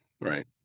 right